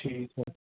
ठीक है